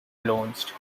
launched